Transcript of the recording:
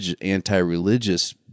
anti-religious